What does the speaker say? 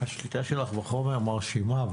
השליטה שלך בחומר מרשימה,